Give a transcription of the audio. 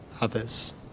others